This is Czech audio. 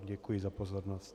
Děkuji za pozornost.